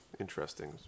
interesting